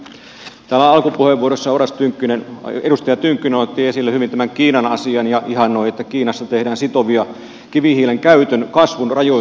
täällä alkupuheenvuorossa edustaja tynkkynen otti esille hyvin tämän kiinan asian ja ihannoi että kiinassa tehdään sitovia kivihiilen käytön kasvun rajoituksia